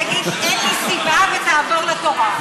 תגיד "אין לי סיבה", ותעבור לתורה.